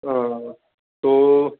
ہاں تو